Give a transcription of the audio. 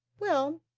well,